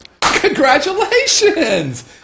congratulations